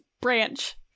branch